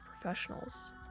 professionals